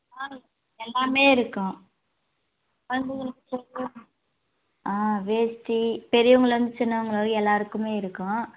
ஆ எல்லாமே இருக்கும் காஞ்சிபுரம் பட்டு ஸேரி ஆ வேட்டி பெரியவங்கள்லேருந்து சின்னவங்க வரைக்கும் எல்லோருக்குமே இருக்கும்